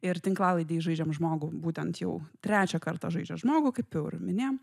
ir tinklalaidėj žaidžiam žmogų būtent jau trečią kartą žaidžia žmogų kaip jau ir minėjom